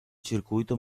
circuito